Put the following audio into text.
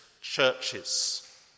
churches